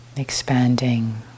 expanding